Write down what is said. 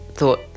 thought